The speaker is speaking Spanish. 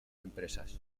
empresas